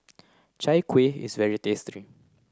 Chai kuih is very tasty